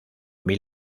mil